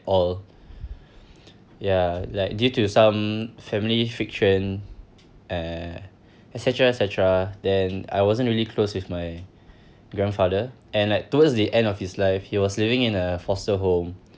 all ya like due to some family friction uh etcetera etcetera then I wasn't really close with my grandfather and like towards the end of his life he was living in a foster home